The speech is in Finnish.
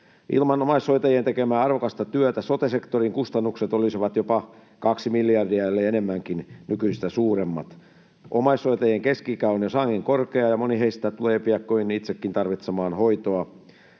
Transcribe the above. Ilman omaishoitajien tekemää arvokasta työtä sote-sektorin kustannukset olisivat jopa kaksi miljardia, elleivät enemmänkin, nykyistä suuremmat. Omaishoitajien keski-ikä on jo sangen korkea, ja moni heistä tulee piakkoin itsekin tarvitsemaan hoitoa.